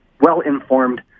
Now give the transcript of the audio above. well-informed